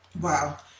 Wow